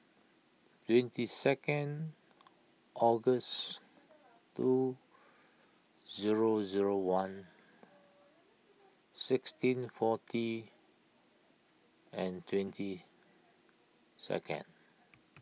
twenty second August two zero zero one sixteen forty and twenty second